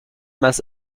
mess